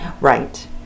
Right